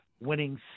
winning